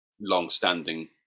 long-standing